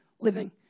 living